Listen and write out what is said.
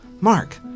Mark